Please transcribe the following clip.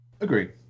Agree